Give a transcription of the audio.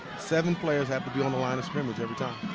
seven players have to be on the line of scrimmage every time.